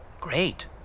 great